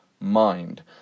mind